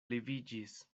leviĝis